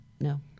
No